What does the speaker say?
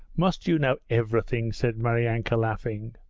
must you know everything said maryanka laughing.